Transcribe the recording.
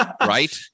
Right